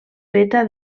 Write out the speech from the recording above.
feta